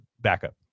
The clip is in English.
backup